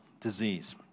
disease